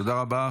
תודה רבה.